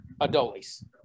Adoles